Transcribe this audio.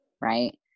right